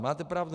Máte pravdu.